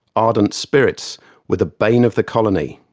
ardent spirits were the bane of the colony,